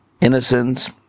innocence